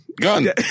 Gun